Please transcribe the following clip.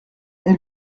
elle